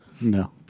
No